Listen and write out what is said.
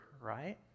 right